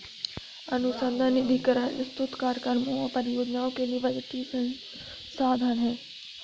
अनुसंधान निधीकरण स्रोत कार्यक्रमों और परियोजनाओं के लिए बजटीय संसाधन है